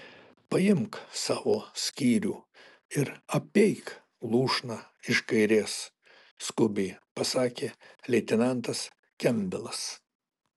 paimk savo skyrių ir apeik lūšną iš kairės skubiai pasakė leitenantas kempbelas